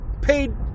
paid